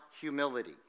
humility